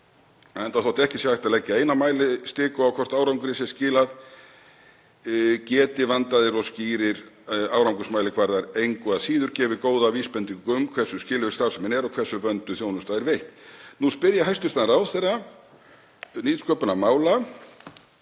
enda þótt ekki sé hægt að leggja eina mælistiku á hvort árangri sé skilað geti vandaðir og skýrir árangursmælikvarðar engu að síður gefið góða vísbendingu um hversu skilvirk starfsemin er og hversu vönduð þjónusta er veitt. Nú spyr ég hæstv. ráðherra nýsköpunarmála